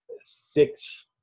six